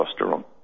testosterone